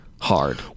hard